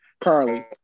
Carly